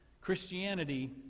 Christianity